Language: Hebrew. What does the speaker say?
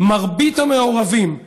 מרבית המעורבים,